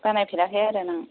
बानायफेराखै आरो नों